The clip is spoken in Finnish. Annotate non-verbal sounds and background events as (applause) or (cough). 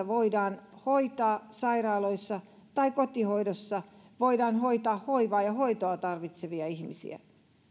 (unintelligible) voidaan hoitaa sairaaloissa tai kotihoidossa voidaan hoitaa hoivaa ja hoitoa tarvitsevia ihmisiä